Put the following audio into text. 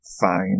fine